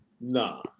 nah